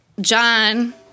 John